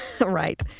Right